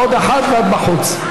עוד אחת ואת בחוץ.